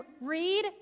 read